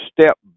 step